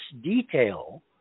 detail